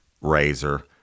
razor